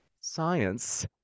science